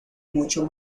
mucho